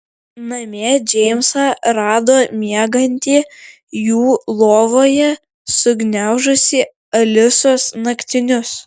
namie džeimsą rado miegantį jų lovoje sugniaužusį alisos naktinius